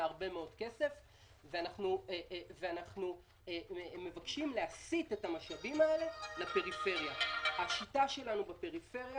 אנחנו מעריכים את הגידול בהכנסות המדינה ברמה השנתית